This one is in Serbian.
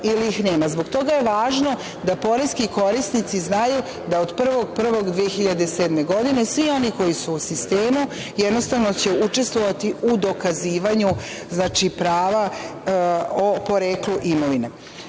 Zbog toga je važno da poreski korisnici znaju da od 1.1.2007. godine, svi oni koji su u sistemu će učestvovati u dokazivanju prava o poreklu imovine. Kada